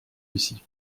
ici